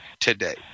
today